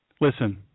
listen